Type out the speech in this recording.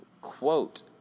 quote